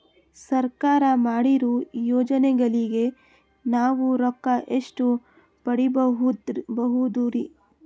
ಸರ್ಕಾರ ಮಾಡಿರೋ ಯೋಜನೆಗಳಿಗೆ ನಾವು ರೊಕ್ಕ ಎಷ್ಟು ಪಡೀಬಹುದುರಿ?